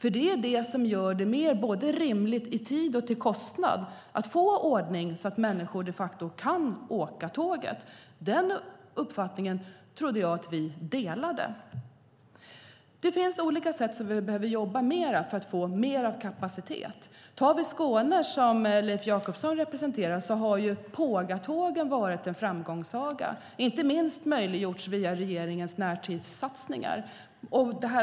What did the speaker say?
Det är det som gör det mer rimligt både i tid och i kostnad att få ordning så att människor de facto kan åka tåg. Den uppfattningen trodde jag att vi delade. Vi behöver jobba på olika sätt för att få mer kapacitet. Tar vi Skåne, som Leif Jakobsson representerar, har ju pågatågen varit en framgångssaga, som inte minst har möjliggjorts via regeringens närtidssatsningar.